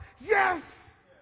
Yes